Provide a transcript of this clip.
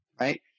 Right